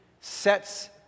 sets